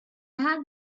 had